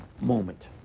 moment